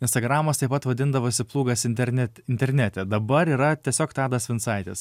instagramas taip pat vadindavosi plūgas internet internete dabar yra tiesiog tadas vincaitis